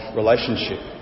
relationship